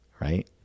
Right